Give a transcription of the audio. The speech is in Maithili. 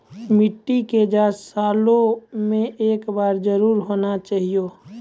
मिट्टी के जाँच सालों मे एक बार जरूर होना चाहियो?